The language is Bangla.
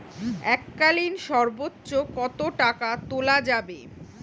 এককালীন সর্বোচ্চ কত টাকা তোলা যাবে?